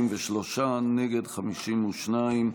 63, נגד, 52,